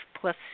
plus